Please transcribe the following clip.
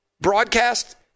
broadcast